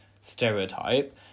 stereotype